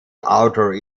outer